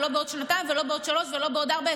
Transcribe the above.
ולא בעוד שנתיים ולא בעוד שלוש ולא בעוד ארבע,